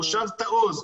מושב תעוז,